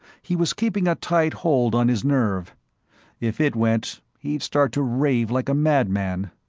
he was keeping a tight hold on his nerve if it went, he'd start to rave like a madman.